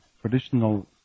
traditional